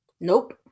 Nope